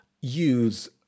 use